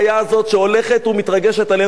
שהולכת ומתרגשת עלינו כאסון.